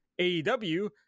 AEW